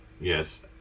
Yes